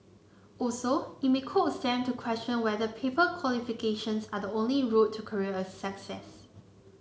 also it may coax them to question whether paper qualifications are the only route to career success